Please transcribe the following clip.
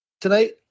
tonight